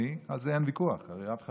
אין דבר כזה שאמריקה תגיד